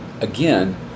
Again